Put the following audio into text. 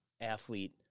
athlete